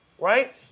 Right